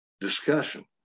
discussion